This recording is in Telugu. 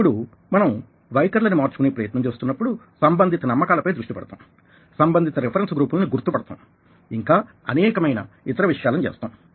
ఇప్పుడు మనం వైఖరులని మార్చుకునే ప్రయత్నం చేస్తున్నప్పుడుసంబంధిత నమ్మకాలపై దృష్టి పెడతాం సంబంధిత రిఫరెన్స్ గ్రూపుల ని గుర్తు పడతాం ఇంకా అనేకమైన ఇతర విషయాలని చేస్తాం